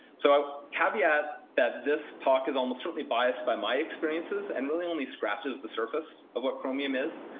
so caveat that this talk is almost certainly biased by my experiences and really only scratches the surface of what chromium is.